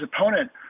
opponent